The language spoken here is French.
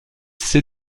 ces